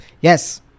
Yes